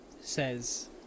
says